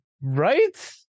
Right